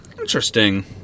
Interesting